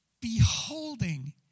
beholding